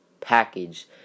package